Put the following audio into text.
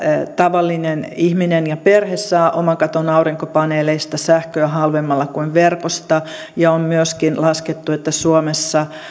tavallinen ihminen ja perhe saa oman katon aurinkopaneeleista sähköä halvemmalla kuin verkosta ja on myöskin laskettu että suomessa